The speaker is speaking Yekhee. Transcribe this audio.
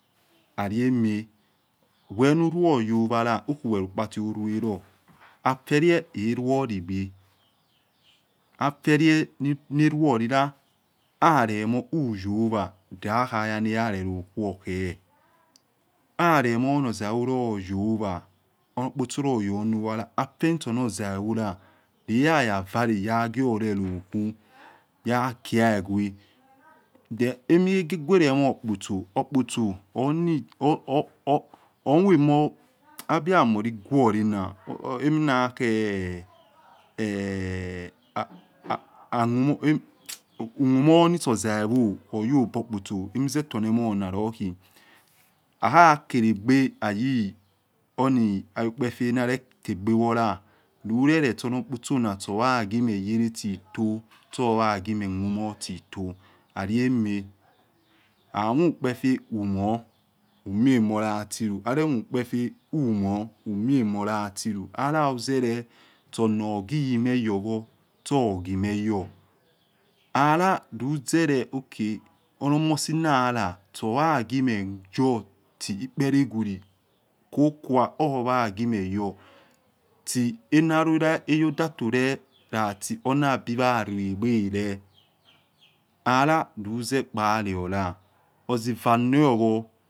Lalohema wenuruoliowala highiwelokpa huruelo afelieu eruoligbo nfelieh na ruolila alemohuyowa lahayana arelo khuorkhe alomo orno ozaivo oyowa onor opotso huyonowala hunafenisuno ozaiovo leyaya vare yakhior relohu yakiagwe then emikhegegwere emo opotso opotso ormuemor opotso abiyamoliguorena emina khe humumonosu ozaivo oryobo opotso emizetonemona lokhu hakha kelegbe hayi onayukpefe naretiaegbe wola lule leti onor opotso orlakwmeh yele tito or oyaghimeh mumor tito lali ama amukpefe umor umiemolatilu aremukpefe umoor umiemo lalulu halaluzelo anor khimeyowor sukhimeyor alaluzele okay ono omosi nahala suyakhimeyo tiu ukpϵlϵ ϵkwilli kokua oyaklumeyo ti enalola eyodatole lati ornabiya ruϵe alaluzϵkpaluola ozϵva niowor.